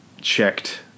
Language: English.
Checked